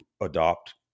adopt